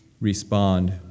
respond